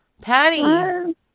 Patty